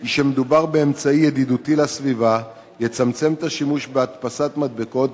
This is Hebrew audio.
היא שמדובר באמצעי ידידותי לסביבה שיצמצם את השימוש בהדפסת מדבקות,